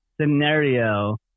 scenario